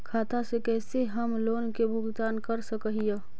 खाता से कैसे हम लोन के भुगतान कर सक हिय?